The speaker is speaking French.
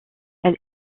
elle